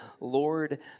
Lord